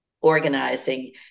organizing